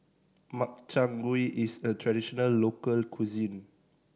Makchang Gui is a traditional local cuisine